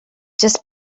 just